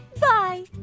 Bye